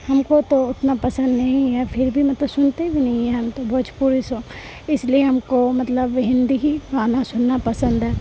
ہم کو تو اتنا پسند نہیں ہے پھر بھی مطلب سنتے بھی نہیں ہیں ہم تو بھوجپوری سونگ اس لیے ہم کو مطلب ہندی ہی گانا سننا پسند ہے